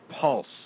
pulse